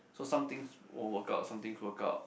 so somethings won't work out somethings work out